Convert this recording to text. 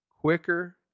quicker